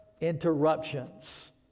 interruptions